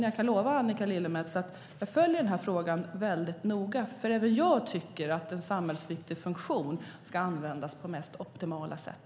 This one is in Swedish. Jag kan lova Annika Lillemets att jag följer den här frågan väldigt noga, för även jag tycker att en samhällsviktig funktion ska användas på ett optimalt sätt.